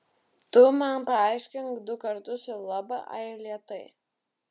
tu man paaiškink du kartus ir laba ai lėtai